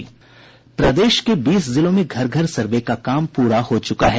प्रदेश के बीस जिलों में घर घर सर्वे का काम पूरा हो चुका है